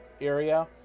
area